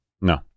No